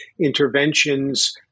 Interventions